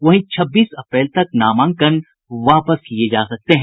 वहीं छब्बीस अप्रैल तक नामांकन वापस लिये जा सकते हैं